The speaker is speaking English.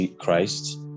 Christ